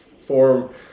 Form